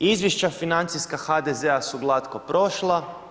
Izvješća financijska HDZ-a su glatko prošla.